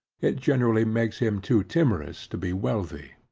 it generally makes him too timorous to be wealthy.